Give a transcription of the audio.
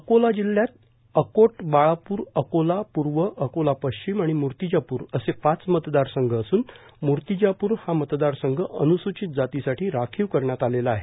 अकोला जिल्ह्यात अकोट बाळाप्र अकोला पूर्व अकोला पश्चिम आणि मूर्तीजापूर असे पाच मतदारसंघ असून म्र्तिजापूर हा मतदारसंघ अन्सूचित जातीसाठी राखीव करण्यात आलेला आहे